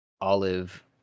Olive